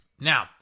Now